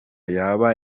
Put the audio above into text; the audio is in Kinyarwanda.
yaba